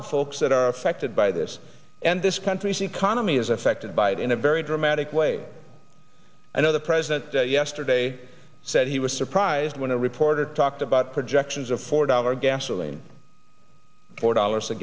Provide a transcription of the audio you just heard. of folks that are affected by this and this country's economy is affected by it in a very dramatic way another president yesterday said he was surprised when a reporter talked about projections of four dollar gasoline four dollars a